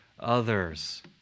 Others